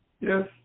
Yes